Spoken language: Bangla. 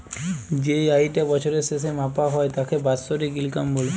যেই আয়িটা বছরের শেসে মাপা হ্যয় তাকে বাৎসরিক ইলকাম ব্যলে